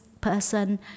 person